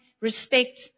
respect